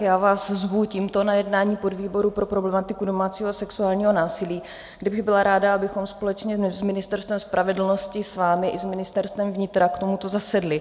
Já vás zvu tímto na jednání podvýboru pro problematiku domácího sexuálního násilí, kdy bych byla ráda, abychom společně s Ministerstvem spravedlnosti, s vámi i s Ministerstvem vnitra k tomuto zasedli.